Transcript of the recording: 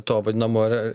to vadinamo a